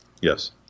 Yes